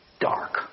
dark